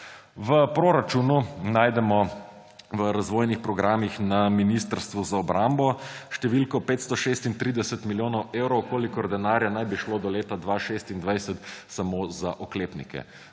V proračunu najdemo v razvojnih programih na Ministrstvu za obrambo številko 536 milijonov evrov, kolikor denarja naj bi šlo do leta 2026 samo za oklepnike.